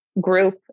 group